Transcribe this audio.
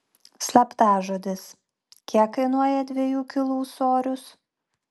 slaptažodis kiek kainuoja dviejų kilų ūsorius